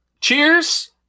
cheers